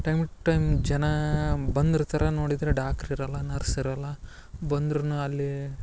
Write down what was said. time time ಜನಾ ಬಂದಿರ್ತರ ನೋಡಿದ್ರ ಡಾಕ್ರ್ ಇರಲ್ಲ ನರ್ಸ್ ಇರಲ್ಲ ಬಂದರೂನು ಅಲ್ಲಿ